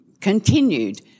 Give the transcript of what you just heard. continued